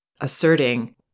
asserting